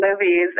movies